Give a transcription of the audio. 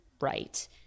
right